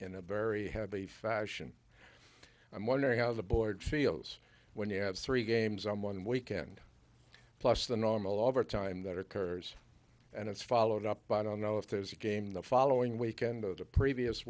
in a very heavy fashion i'm wondering how the board feels when you have certain games on one weekend plus the normal overtime that occurs and it's followed up by i don't know if there's a game the following weekend of the previous